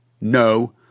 No